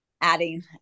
adding